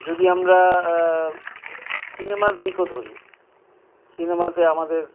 যদি আমরা সিনেমার দিকও ধরি সিনেমাতে আমাদের